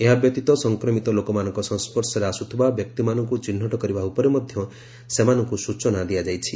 ଏହା ବ୍ୟତୀତ ସଂକ୍ରମିତ ଲୋକମାନଙ୍କ ସଂସ୍କର୍ଶରେ ଆସୁଥିବା ବ୍ୟକ୍ତିମାନଙ୍କୁ ଚିହ୍ନଟ କରିବା ଉପରେ ମଧ୍ୟ ସେମାନଙ୍କୁ ସୂଚନା ଦିଆଯାଇଛି